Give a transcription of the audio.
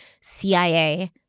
CIA